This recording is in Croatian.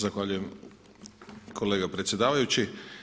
Zahvaljujem kolega predsjedavajući.